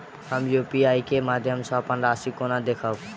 हम यु.पी.आई केँ माध्यम सँ अप्पन राशि कोना देखबै?